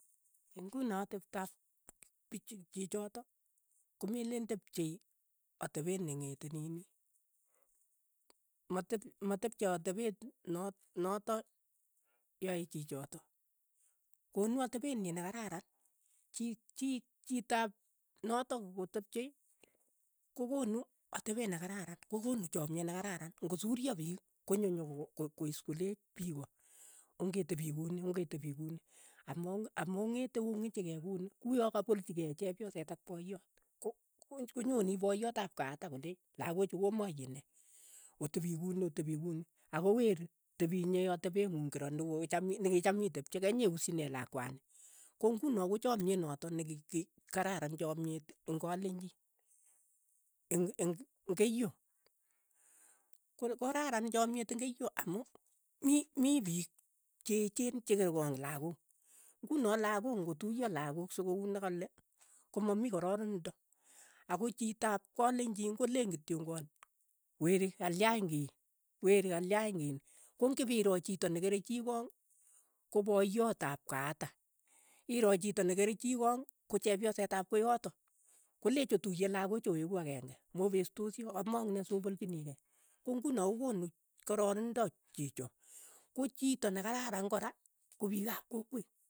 Ing'uno ateptop pich chichotok komeleen tepchei atepeet neng'ete nini, matep matepchei atepet no- notok yae chichotok, konu atepeet nyi nekararan, chi- chi- chitaap notok kotepchei ko- konu atepeet ne kararan, kokonu chamiet nekararan. ng'osurio piik konyo nyoko ko- koiis koleech piko, ongetepii kuni ongetepii kuni, amo- among'ete ong'ichikei kuni, kuyo kapolchi kei chepyoset ak poyoot, ko- konyonii poyoot ap kaa yotok koleen, lakochu komaye ne, otepi kuni otepi kuni, ako weri, tepi inyee atepe ng'ung kiro nekocham nikicham itepche kenyiusyi nee lakwani, ko ng'uno kochamyet notok neki ki kararan chamyet eng' kalenjin, eng' eng' keiyo, ko kararan chomyet ing keiyo amu mi- mi piik che cheechen che kere koong' lakok, ng'uno lakok ng'o tuyo lakok sokouu nekale, komamii kararindo, ako chito ap kalenjin koleen kityong'an, weri, kalyain kii, weri kalyain kii, kong'ipiro chito nekere chii koong', ko poyat ap kaatak, iro chito nekere chii koong, ko chepyoset ap koyatak, koleech otuye lakoo chu oeku ageng'e, mopestosi amak nee so polchinikei, ko ng'uno kokonu kororindo chicho, ko chito ne kararan kora ko piik ap kokwet.